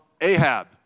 Ahab